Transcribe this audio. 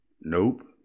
Nope